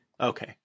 Okay